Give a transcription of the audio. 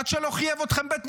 עד שלא חייב אתכם בית משפט,